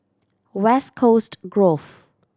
West Coast Grove